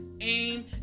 aim